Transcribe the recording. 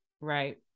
right